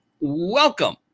welcome